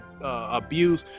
abuse